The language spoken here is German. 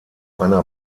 einer